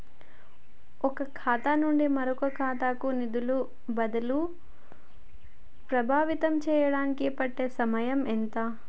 ఒక ఖాతా నుండి మరొక ఖాతా కు నిధులు బదిలీలు ప్రభావితం చేయటానికి పట్టే సమయం ఎంత?